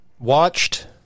Watched